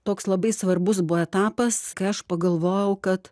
toks labai svarbus buvo etapas kai aš pagalvojau kad